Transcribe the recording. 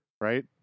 right